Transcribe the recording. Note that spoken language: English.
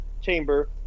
chamber